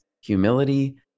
humility